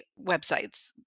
websites